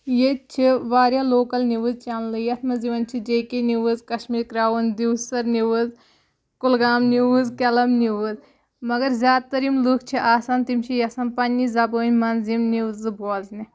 ییٚتہِ چھِ واریاہ لوکَل نِوٕز چَنلہٕ یَتھ منٛز یِوان چھِ J K news Kashmir crown دِوسَر نِوٕز کُلگام نِوٕز کیلَم نِوٕز مگر زیادٕ تَر یِم لُکھ چھِ آسان تِم چھِ یَژھان پَنٛنی زبٲنۍ منٛز یِم نِوزٕ بوزنہِ